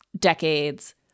decades